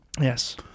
Yes